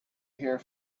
here